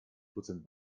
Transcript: prozent